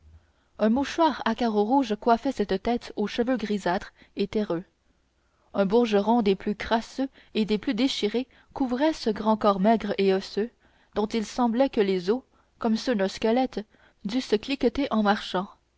un mouchoir à carreaux rouges coiffait cette tête aux cheveux grisâtres et terreux un bourgeron des plus crasseux et des plus déchirés couvrait ce grand corps maigre et osseux dont il semblait que les os comme ceux d'un squelette dussent cliqueter en marchant